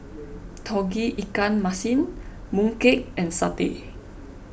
Tauge Ikan Masin Mooncake and Satay